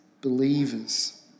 believers